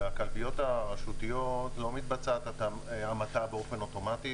בכלביות הרשותיות לא מתבצעת המתה באופן אוטומטי,